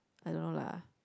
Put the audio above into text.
I don't know lah